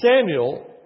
Samuel